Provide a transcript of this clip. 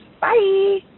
bye